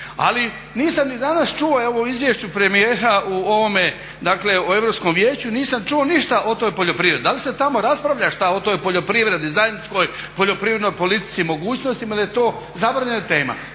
Ali, nisam ni danas čuo evo u izvješću premijera o Europskom vijeću nisam čuo ništa o toj poljoprivredi. Da li se tamo raspravlja što o toj poljoprivredi, zajedničkoj poljoprivrednoj politici, mogućnostima ili je to zabranjena tema?